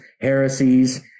heresies